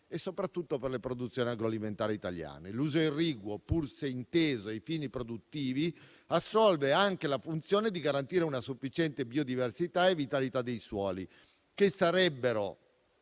e soprattutto per le produzioni agroalimentari italiane. L'uso irriguo, pur se inteso ai fini produttivi, assolve anche la funzione di garantire una sufficiente biodiversità e vitalità dei suoli, che sarebbero